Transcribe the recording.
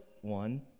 one